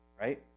right